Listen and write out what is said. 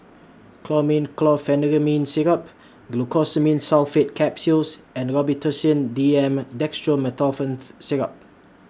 Chlormine Chlorpheniramine Syrup Glucosamine Sulfate Capsules and Robitussin D M Dextromethorphan Syrup